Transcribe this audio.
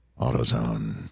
AutoZone